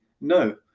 No